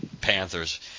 Panthers